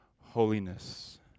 holiness